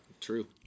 true